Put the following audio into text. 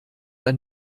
ein